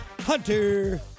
Hunter